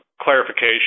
clarification